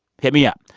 hit me up.